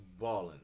ballin